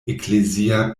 eklezia